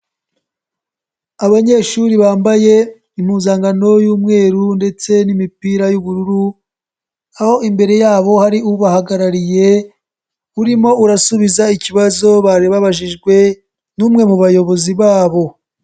Abanyeshuri bambaye impuzankano y'umweru ndetse n'imipira y'ubururu, aho imbere yabo hari ubahagarariye urimo urasubiza ikibazo bari babajijwe n'umwe mu bayobozi babo.